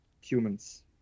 humans